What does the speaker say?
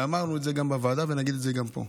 אמרנו את זה גם בוועדה ונגיד את זה גם פה.